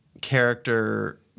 character